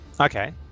Okay